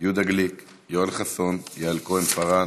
יהודה גליק, יואל חסון, יעל כהן-פארן,